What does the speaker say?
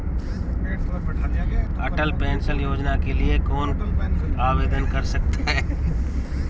अटल pension योजना के लिए कौन आवेदन कर सकता है?